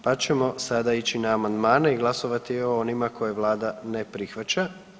Pa ćemo sada ići na amandmane i glasovati o onima koje Vlada ne prihvaća.